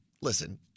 listen